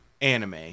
anime